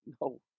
No